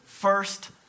First